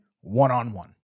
one-on-one